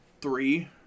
three